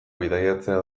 bidaiatzea